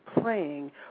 playing